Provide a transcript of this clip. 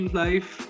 life